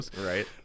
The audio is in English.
right